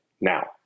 now